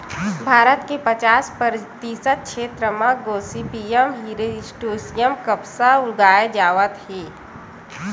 भारत के पचास परतिसत छेत्र म गोसिपीयम हिरस्यूटॅम कपसा उगाए जावत हे